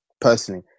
Personally